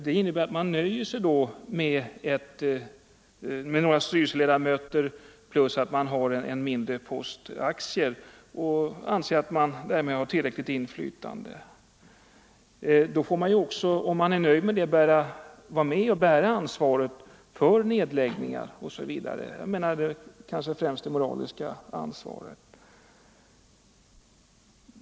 Det innebär då att man nöjer sig med några styrelseledamöter plus att man har en mindre post aktier och anser att man därmed har tillräckligt inflytande. Om man är nöjd med det får man ju också vara med och bära ansvaret för nedläggningar osv. — jag menar kanske främst det moraliska ansvaret.